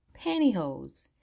pantyhose